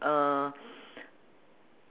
uh